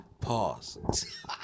Pause